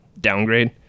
downgrade